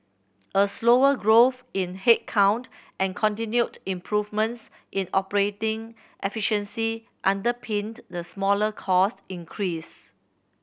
a slower growth in headcount and continued improvements in operating efficiency underpinned the smaller cost increase